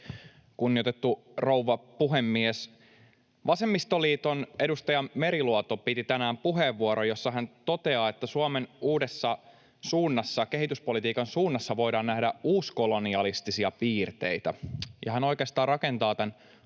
Kunnioitettu rouva puhemies! Vasemmistoliiton edustaja Meriluoto piti tänään puheenvuoron, jossa hän totesi, että Suomen uudessa suunnassa, kehityspolitiikan suunnassa, voidaan nähdä uuskolonialistisia piirteitä, ja hän oikeastaan rakentaa tämän